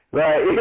right